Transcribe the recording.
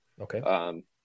Okay